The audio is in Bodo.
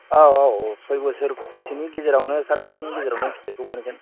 औ औ औ सय बोसोरसोनि गेजेरावनो सात बोसोरनि गेजेराव नों फिथाइखौ मोनगोन